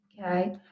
Okay